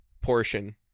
portion